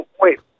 wait